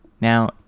Now